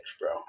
bro